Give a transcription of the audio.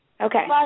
Okay